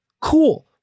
Cool